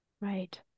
Right